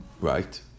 right